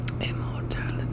Immortality